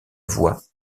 voix